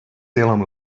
salem